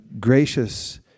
gracious